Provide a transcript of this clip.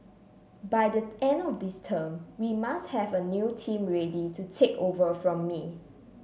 by the end of this term we must have a new team ready to take over from me